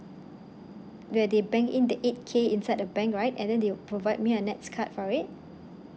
where they bank in the eight K inside the bank right and then they will provide a nets card for it